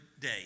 day